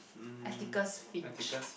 Atticus-Finch